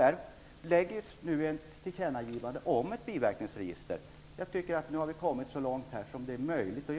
Det skall nu göras ett tillkännagivande om ett biverkningsregister. Jag tycker att vi nu har kommit så långt som det är möjligt.